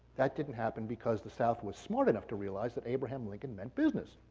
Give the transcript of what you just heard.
that didn't happen because the south was smart enough to realize that abraham lincoln meant business.